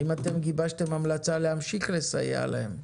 האם ביקשתם המלצה להמשיך לסייע להם?